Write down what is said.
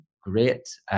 great